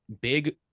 big